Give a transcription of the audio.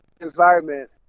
environment